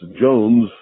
Jones